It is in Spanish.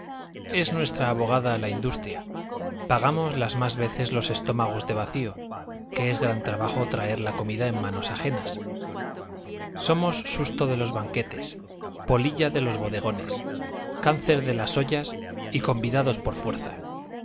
es nuestra abogada la industria pagamos las más veces los estómagos de vacío que es gran trabajo traer la comida en manos ajenas somos susto de los banquetes polilla de los bodegones cáncer de las ollas y convidados por fuerza